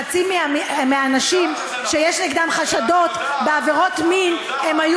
חצי מהאנשים שיש נגדם חשדות בעבירות מין היו